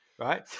right